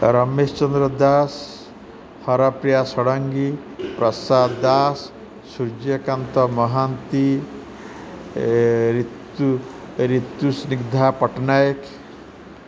Ramesh Chandra Das Harapriya Shadangi Prasad Das Suryakanta Mohanty Ritu Ritusnigdha Patnaik